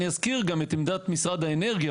אני אזכיר גם את עמדת משרד האנרגיה,